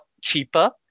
cheaper